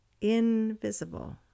invisible